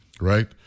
right